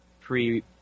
pre